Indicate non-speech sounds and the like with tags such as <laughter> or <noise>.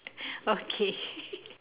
okay <laughs>